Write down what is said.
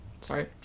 sorry